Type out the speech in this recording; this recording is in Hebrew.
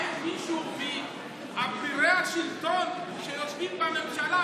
האם מישהו מאבירי השלטון שיושבים בממשלה,